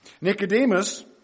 Nicodemus